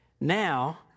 Now